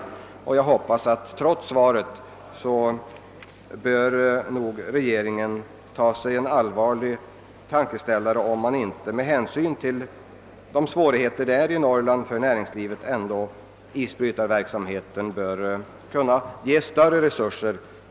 Trots vad som anförts i svaret hoppas jag att regeringen tar sig en allvarlig funderare huruvida inte isbrytarverksamheten med hänsyn till de svårigheter, som föreligger för näringslivet i Norrland, bör ges större resurser.